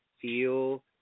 feel